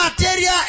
material